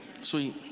Sweet